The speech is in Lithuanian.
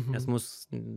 nes mus